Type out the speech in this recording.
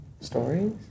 stories